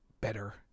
better